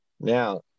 Now